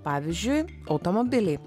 pavyzdžiui automobiliai